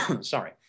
sorry